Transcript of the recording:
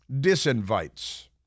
disinvites